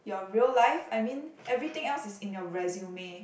your real life I mean everything else is in your resume